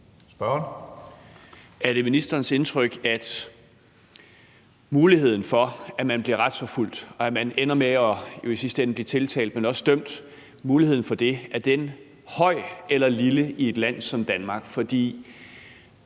Er det ministerens indtryk, at muligheden for, at man bliver retsforfulgt, og at man i sidste ende ender med blive ikke blot tiltalt, men ogsådømt, er stor eller lille i et land som Danmark?